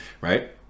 right